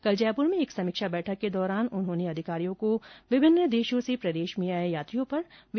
कल जयपुर में एक समीक्षा बैठक के दौरान उन्होंने अधिकारियों को विभिन्न देशों से प्रदेश में आए यात्रियों पर विशेष नजर रखने को कहा है